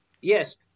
yes